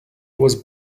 was